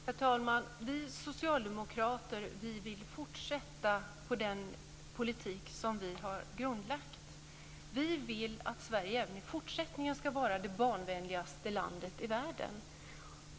Herr talman! Vi socialdemokrater vill fortsätta på den politik som vi har grundlagt. Vi vill att Sverige även i fortsättningen ska vara det barnvänligaste landet i världen.